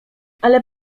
ale